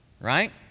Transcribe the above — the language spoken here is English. right